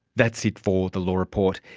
that's it for the law report.